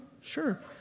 sure